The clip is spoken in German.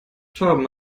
torben